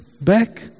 back